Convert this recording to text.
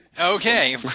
Okay